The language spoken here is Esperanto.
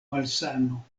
malsano